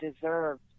deserved